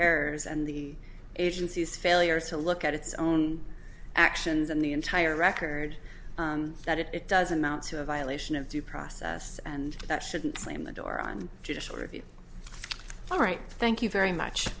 errors and the agency's failure to look at its own actions and the entire record that it doesn't mount to a violation of due process and that shouldn't slam the door on judicial review all right thank you very much